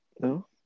no